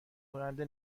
کننده